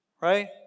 Right